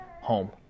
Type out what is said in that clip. home